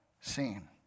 seen